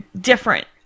different